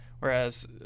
Whereas